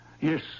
Yes